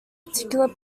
particular